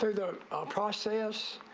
to process